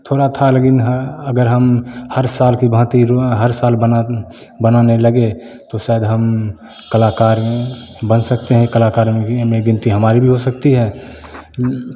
थोड़ा था लेकिन अगर हम हर साल की भांति हर साल बना बनाने लगे तो शायद हम कलाकार बन सकते हैं कलाकार में गिनती हमारी भी हो सकती है